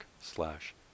slash